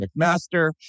McMaster